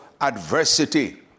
adversity